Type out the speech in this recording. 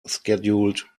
scheduled